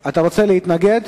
אתה רוצה להתנגד?